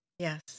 Yes